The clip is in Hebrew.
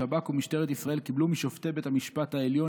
השב"כ ומשטרת ישראל קיבלו משופטי בית המשפט העליון